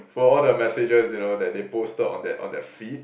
for all the messages you know that they posted on that on that feed